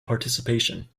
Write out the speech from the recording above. participation